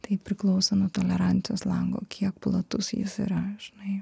tai priklauso nuo tolerancijos lango kiek platus jis yra žinai